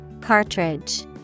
Cartridge